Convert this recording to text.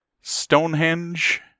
Stonehenge